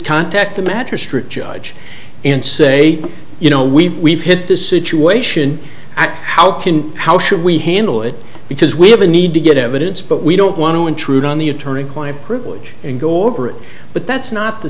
contact the magistrate judge and say you know we hit this situation at how can how should we handle it because we have a need to get evidence but we don't want to intrude on the attorney client privilege and go over it but that's not the